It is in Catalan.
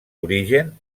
origen